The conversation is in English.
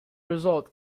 result